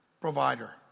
provider